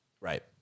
right